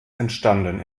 entstanden